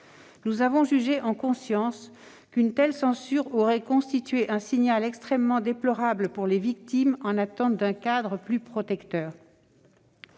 Nous avons jugé, en conscience, qu'une telle censure aurait constitué un signal extrêmement déplorable pour les victimes, qui sont en attente d'un cadre plus protecteur.